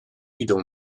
idą